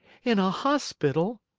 in a hospital?